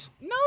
No